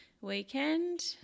weekend